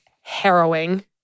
harrowing